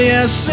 Yes